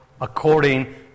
according